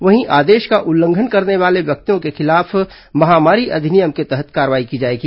वहीं आदेश का उल्लंघन करने वाले व्यक्तियों के खिलाफ महामारी अधिनियम के तहत कार्रवाई की जाएगी